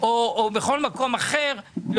בבתי הספר היסודיים,